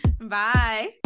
Bye